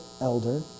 elder